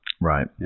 Right